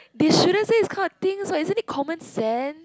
they shouldn't say this kind of things what isn't it common sense